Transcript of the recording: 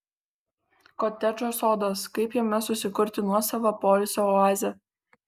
kotedžo sodas kaip jame susikurti nuosavą poilsio oazę